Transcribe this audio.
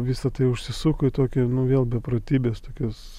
visa tai užsisuko į tokį nu vėl beprotybės tokios